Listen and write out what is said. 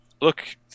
look